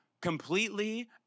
completely